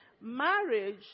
Marriage